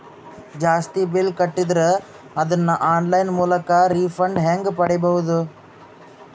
ಜಾಸ್ತಿ ಬಿಲ್ ಕಟ್ಟಿದರ ಅದನ್ನ ಆನ್ಲೈನ್ ಮೂಲಕ ರಿಫಂಡ ಹೆಂಗ್ ಪಡಿಬಹುದು?